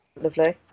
Lovely